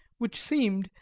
which seemed,